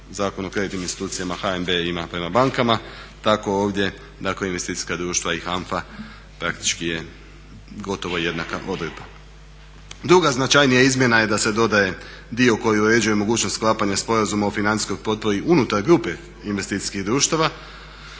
Zakonu o kreditnim institucijama HNB ima prema bankama, tako ovdje dakle investicijska društva i HANFA praktički je gotovo jednaka odredbama. Druga značajnija izmjena je da se dodaje dio koji uređuje mogućnost sklapanja sporazuma o financijskoj potpori unutar grupe investicijskih društava.